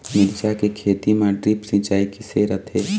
मिरचा के खेती म ड्रिप सिचाई किसे रथे?